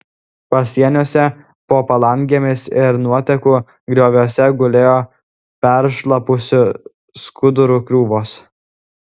pasieniuose po palangėmis ir nuotekų grioviuose gulėjo peršlapusių skudurų krūvos